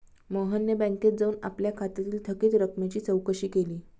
मोहनने बँकेत जाऊन आपल्या खात्यातील थकीत रकमेची चौकशी केली